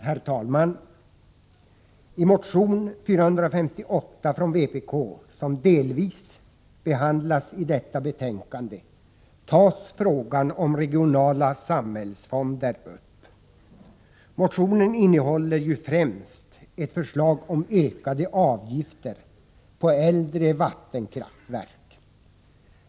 Herr talman! I motion 458 från vpk, som delvis behandlas i detta betänkande, tas frågan om regionala samhällsfonder upp. Motionen innehåller främst ett förslag om ökade avgifter på äldre vattenkraftverk.